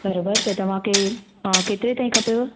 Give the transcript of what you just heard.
बराबरि त तव्हांखे अ केतिरे ताईं खपेव